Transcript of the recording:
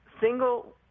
single